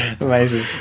Amazing